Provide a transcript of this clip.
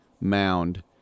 mound